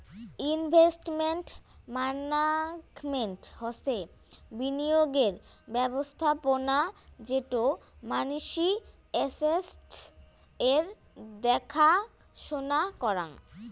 investment management হসে বিনিয়োগের ব্যবস্থাপোনা যেটো মানসি এস্সেটস এর দ্যাখা সোনা করাং